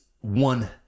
one